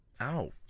Ow